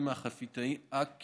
חולים קשים מאושפזים ועומס על בתי